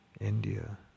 India